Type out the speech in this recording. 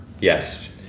Yes